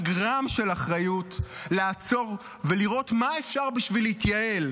גרם של אחריות לעצור ולראות מה אפשר לעשות בשביל להתייעל,